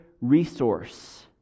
resource